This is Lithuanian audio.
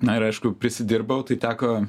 na ir aišku prisidirbau tai teko